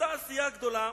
אותה עשייה גדולה